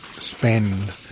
spend